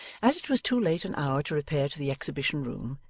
as it was too late an hour to repair to the exhibition room,